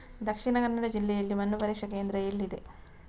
ದಕ್ಷಿಣ ಕನ್ನಡ ಜಿಲ್ಲೆಯಲ್ಲಿ ಮಣ್ಣು ಪರೀಕ್ಷಾ ಕೇಂದ್ರ ಎಲ್ಲಿದೆ?